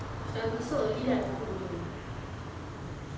I will be so early there nothing to do